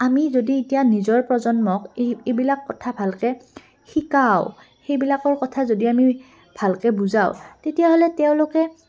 আমি যদি এতিয়া নিজৰ প্ৰজন্মক এই এইবিলাক কথা ভালকৈ শিকাওঁ সেইবিলাকৰ কথা যদি আমি ভালকৈ বুজাওঁ তেতিয়াহ'লে তেওঁলোকে